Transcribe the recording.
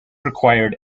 required